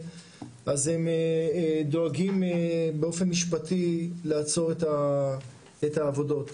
אז הם דואגים באופן משפטי לעצור את העבודות.